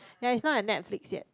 yea is not at Netflix yet